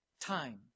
time